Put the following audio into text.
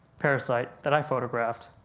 parasite that i photographed